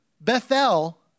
Bethel